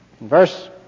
Verse